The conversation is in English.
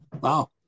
Wow